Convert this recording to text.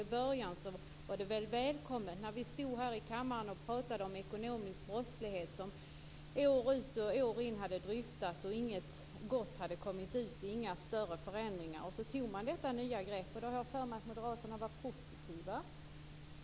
I början var det väl välkommet. Här hade vi stått i kammaren och dryftat ekonomisk brottslighet år ut och år in och inget gott, inga större förändringar, hade kommit ut av det. Sedan tog man detta nya grepp, och då har jag för mig att moderaterna var positiva.